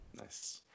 Nice